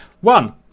one